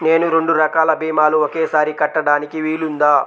నేను రెండు రకాల భీమాలు ఒకేసారి కట్టడానికి వీలుందా?